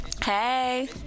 Hey